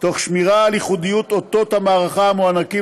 תוך שמירה על ייחודיות אותות המערכה המוענקים